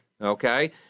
okay